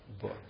book